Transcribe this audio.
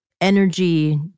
energy